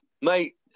mate